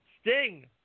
Sting